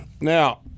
now